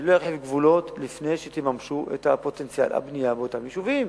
אני לא ארחיב גבולות לפני שתממשו את פוטנציאל הבנייה באותם יישובים.